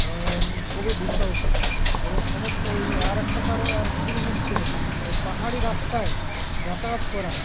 খুবই দুঃসাহসিক এবং সমস্ত এই আর একটা কারণ আর একটা জিনিস হচ্ছে ওই পাহাড়ি রাস্তায় যাতায়াত করা